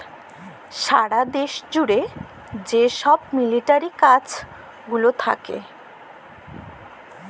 সারা দ্যাশ জ্যুড়ে যে ছব মিলিটারি কাজ গুলান থ্যাকে